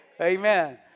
amen